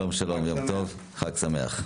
שלום, יום טוב וחג שמח.